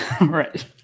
Right